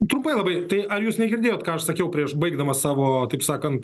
trumpai balai tai ar jūs negirdėjot ką aš sakiau prieš baigdamas savo taip sakant